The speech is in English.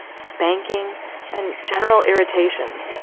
spanking and general irritation,